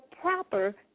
proper